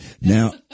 Now